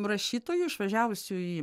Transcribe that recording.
rašytojų išvažiavusių į